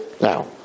Now